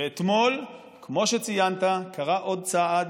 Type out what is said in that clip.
ואתמול, כמו שציינת, קרה עוד צעד,